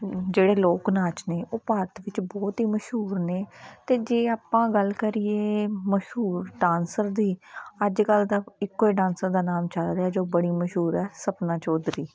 ਜਿਹੜੇ ਲੋਕ ਨਾਚ ਨੇ ਉਹ ਭਾਰਤ ਵਿੱਚ ਬਹੁਤ ਹੀ ਮਸ਼ਹੂਰ ਨੇ ਅਤੇ ਜੇ ਆਪਾਂ ਗੱਲ ਕਰੀਏ ਮਸ਼ਹੂਰ ਡਾਂਸਰ ਦੀ ਅੱਜ ਕੱਲ੍ਹ ਤਾਂ ਇੱਕੋ ਹੀ ਡਾਂਸਰ ਦਾ ਨਾਮ ਚੱਲ ਰਿਹਾ ਜੋ ਬੜੀ ਮਸ਼ਹੂਰ ਹੈ ਸਪਨਾ ਚੋਧਰੀ